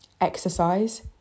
Exercise